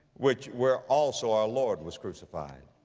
which, where also our lord was crucified.